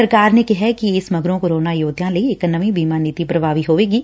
ਸਰਕਾਰ ਨੇ ਕਿਹੈ ਕਿ ਇਸ ਮਗਰੋ ਕੋਰੋਨਾ ਯੋਧਿਆਂ ਲਈ ਇਕ ਨਵੀ ਬੀਮਾ ਨੀਤੀ ਪ੍ਰਭਾਵੀ ਹੋਏਗੀ